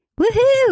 Woohoo